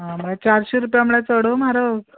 आं म्हणल्यार चारशीं रुपया म्हणल्यार चड म्हारग